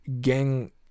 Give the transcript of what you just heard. Gang